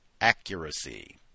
Accuracy